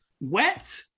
Wet